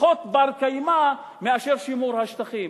פחות בר-קיימא מאשר שימור השטחים.